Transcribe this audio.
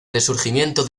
resurgimiento